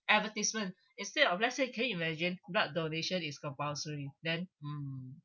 advertisement instead of let's say can you imagine blood donation is compulsory then mm